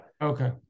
okay